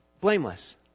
blameless